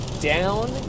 down